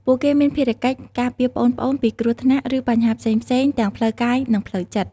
ពួកគេមានភារកិច្ច ការពារប្អូនៗ ពីគ្រោះថ្នាក់ ឬបញ្ហាផ្សេងៗ ទាំងផ្លូវកាយ និងផ្លូវចិត្ត។